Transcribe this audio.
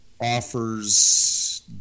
offers